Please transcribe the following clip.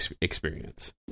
experience